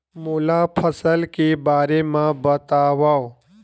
मोला फसल के बारे म बतावव?